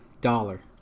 dollar